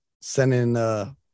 Sending